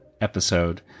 episode